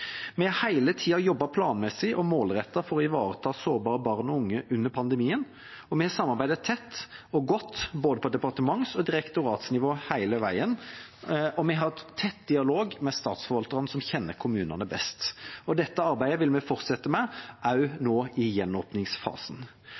Vi har hele tida jobbet planmessig og målrettet for å ivareta sårbare barn og unge under pandemien, vi har samarbeidet tett og godt på både departements- og direktoratsnivå hele veien, og vi har hatt tett dialog med Statsforvalteren, som kjenner kommunene best. Dette arbeidet vil vi fortsette med